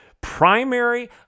primary